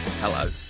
Hello